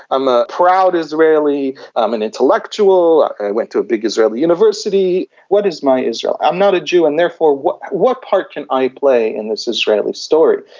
a proud israeli, i'm an intellectual, i went to a big israeli university, what is my israel? i'm not a jew, and therefore what what part can i play in this israeli story?